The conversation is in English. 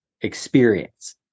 experience